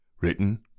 Written